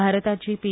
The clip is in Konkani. भारताची पी